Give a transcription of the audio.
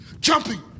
jumping